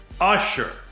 Usher